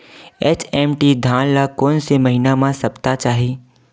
HMT धान ल कोन से महिना म सप्ता चाही?